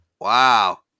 Wow